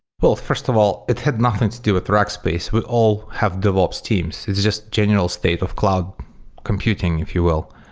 first of all, it had nothing to do with rackspace. we all have dev ops teams. this is just general state of cloud computing if you will.